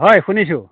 হয় শুনিছোঁ